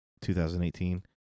2018